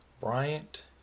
Bryant